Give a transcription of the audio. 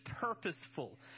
purposeful